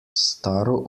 staro